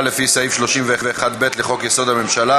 לפי סעיף 31(ב) לחוק-יסוד: הממשלה